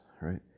right